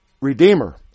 Redeemer